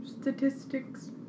Statistics